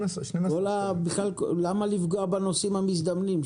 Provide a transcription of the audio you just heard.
למה לפגוע בנוסעים המזדמנים?